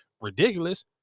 ridiculous